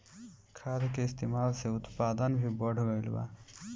खाद के इस्तमाल से उत्पादन भी बढ़ गइल बा